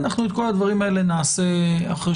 אנחנו את כל הדברים האלו נעשה אחרי